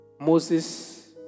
Moses